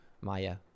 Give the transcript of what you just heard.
maya